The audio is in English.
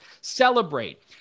celebrate